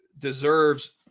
deserves